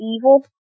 evil